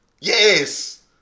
Yes